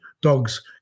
dogs